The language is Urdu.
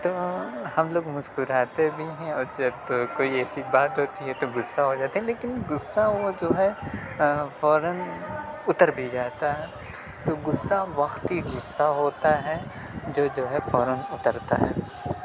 تو ہم لوگ مسکراتے بھی ہیں اور جب کوئی ایسی بات ہوتی ہے تو غصہ ہو جاتے ہیں لیکن غصہ وہ جو ہے فورآٓ اتر بھی جاتا ہے تو غصہ وقتی غصہ ہوتا ہے جو جو ہے فورآٓ اترتا ہے